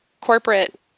corporate